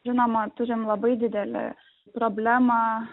žinoma turim labai didelią problemą